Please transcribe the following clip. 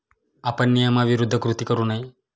आपण नियमाविरुद्ध कृती करू नये